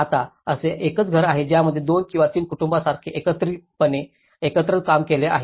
आता असे एकच घर आहे ज्यामध्ये दोन किंवा तीन कुटुंबांसारखे एकत्रितपणे एकत्र काम केले आहे